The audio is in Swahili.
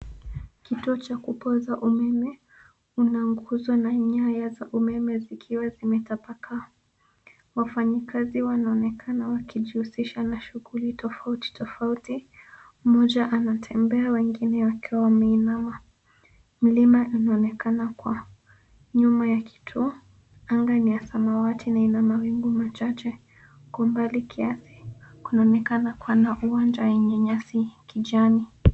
Kituo cha kutoa umeme; kuna nguzo na nyaya za umeme zikiwa zimetapakaa. Wafanyikazi wanaonekana wakijihusisha na shughuli tofauti tofauti; mmoja anatembea wengine wakiwa ameinama. Milima inaonekana nyuma ya kituo. Anga ni ya samawati na ina mawingu machache. Kwa mbali kiasi kunaonekana kuna uwanja wenye nyasi ya kijani.